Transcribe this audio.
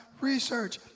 research